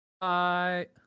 Bye